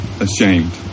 ashamed